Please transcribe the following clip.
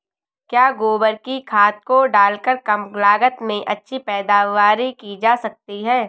क्या गोबर की खाद को डालकर कम लागत में अच्छी पैदावारी की जा सकती है?